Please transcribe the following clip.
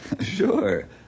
Sure